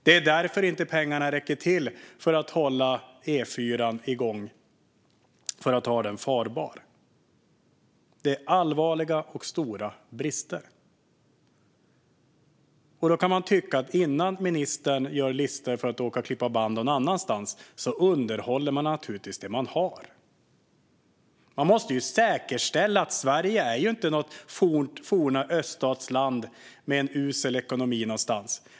Det är därför pengarna inte räcker till för att hålla E4:an farbar. Det är allvarliga och stora brister. Då kan jag tycka att innan ministern gör listor för att åka och klippa band någon annanstans ska man naturligtvis underhålla det man har. Sverige är ju inte något fornt öststatsland med en usel ekonomi.